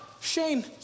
Shane